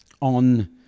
on